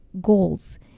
goals